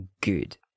good